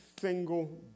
single